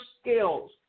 skills